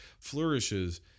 flourishes